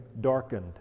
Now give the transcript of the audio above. darkened